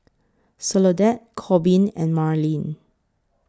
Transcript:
Soledad Korbin and Marlin